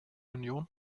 union